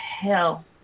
hell